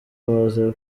amaze